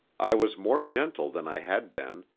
i was more gentle than i had been,